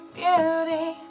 beauty